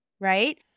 right